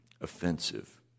offensive